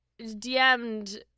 DM'd